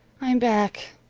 i'm back.